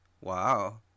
wow